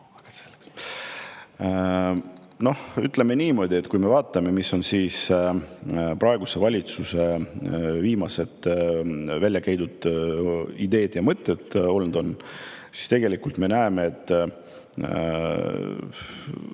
Noh, ütleme niimoodi, et kui me vaatame, mis on siis praeguse valitsuse viimased välja käidud ideed ja mõtted olnud, siis tegelikult me näeme, et